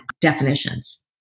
definitions